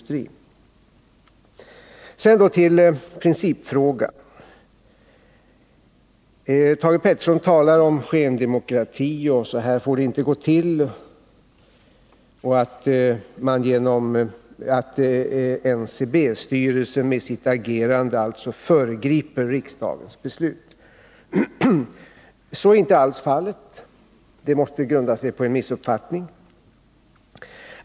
Jag övergår så till principfrågan. Thage Peterson talar om skendemokrati, han säger att det inte får gå till så här och menar att NCB-styrelsen med sitt agerande föregriper riksdagens beslut. Så är inte alls fallet. Detta måste grunda sig på en missuppfattning.